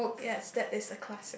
yes that is a classic